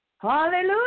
Hallelujah